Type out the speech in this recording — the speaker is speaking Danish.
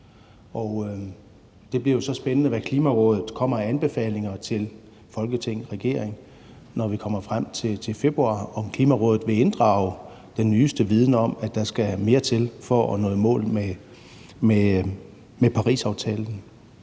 Det bliver jo så spændende, hvad Klimarådet kommer med af anbefalinger til Folketing og regering, når vi kommer frem til februar, altså om Klimarådet vil inddrage den nyeste viden om, at der skal mere til for at nå i mål med Parisaftalen.